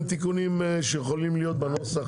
עם תיקונים טכניים שיכולים להיות בנוסח?